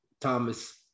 Thomas